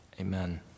Amen